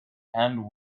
and